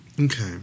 Okay